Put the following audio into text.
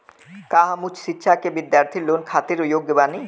का हम उच्च शिक्षा के बिद्यार्थी लोन खातिर योग्य बानी?